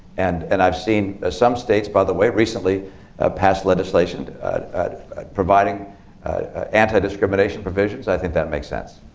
and and i've seen ah some states, by the way, recently passed legislation providing anti-discrimination provisions. i think that makes sense.